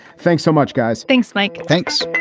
thanks so much, guys. thanks, mike. thanks